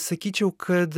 sakyčiau kad